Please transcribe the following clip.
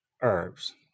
herbs